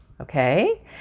okay